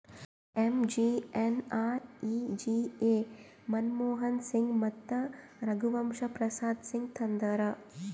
MGNREGA Manmohan Singh ಮತ್ತ ರಘುವಂಶ ಪ್ರಸಾದ್ ಸಿಂಗ್ ತಂದಾರ್